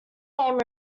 name